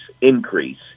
increase